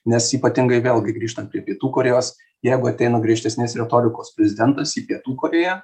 nes ypatingai vėlgi grįžtant prie pietų korėjos jeigu ateina griežtesnės retorikos prezidentas į pietų korėją